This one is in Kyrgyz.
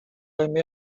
эми